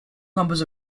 numbers